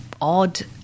odd